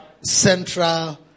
central